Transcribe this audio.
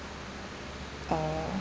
uh